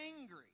angry